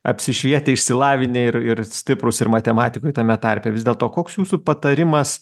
apsišvietę išsilavinę ir ir stiprūs ir matematikoj tame tarpe vis dėlto koks jūsų patarimas